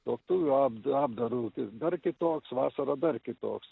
tuoktuvių abda apdaru tai dar kitoks vasarą dar kitoks